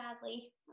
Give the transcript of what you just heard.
Sadly